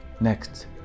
Next